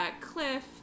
Cliff